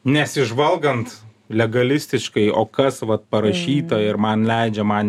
nesižvalgant legalistiškai o kas vat parašyta ir man leidžia man